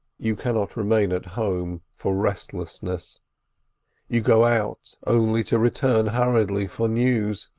you cannot remain at home for restlessness you go out, only to return hurriedly for news.